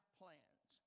plans